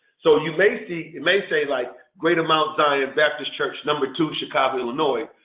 so you may see, it may say like greater mount zion baptist church number two chicago illinois,